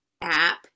app